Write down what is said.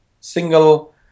single